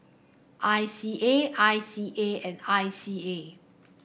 I C A I C A and I C A